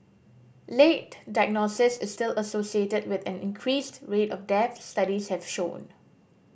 late diagnosis is still associated with an increased rate of deaths studies have shown